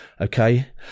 Okay